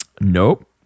Nope